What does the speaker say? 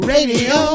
Radio